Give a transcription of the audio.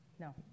No